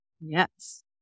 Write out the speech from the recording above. Yes